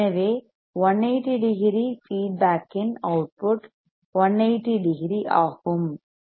எனவே 180 degree feedback இன் output 180 degree ஆகும்